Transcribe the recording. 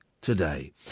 today